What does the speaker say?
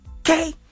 Okay